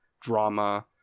drama